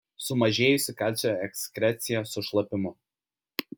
sumažėjusi kalcio ekskrecija su šlapimu